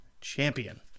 Champion